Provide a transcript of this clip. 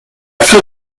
has